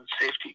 Safety